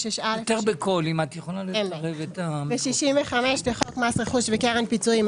36(א) ו-65 לחוק מס רכוש וקרן פיצויים,